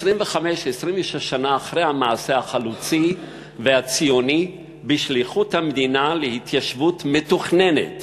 26-25 שנה אחרי המעשה החלוצי והציוני בשליחות המדינה להתיישבות מתוכננת